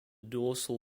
dorsal